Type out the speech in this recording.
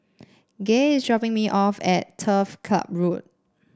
Gay is dropping me off at Turf Ciub Road